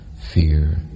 fear